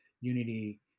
Unity